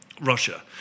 Russia